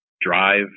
drive